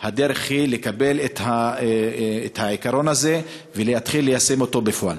הדרך היא לקבל את העיקרון הזה ולהתחיל ליישם אותו בפועל.